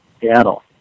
Seattle